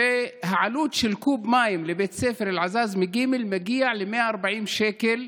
העלות של קוב מים לבית ספר אלעזאזמה ג' מגיעה ל-140 שקל,